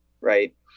right